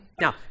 Now